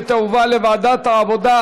לוועדת העבודה,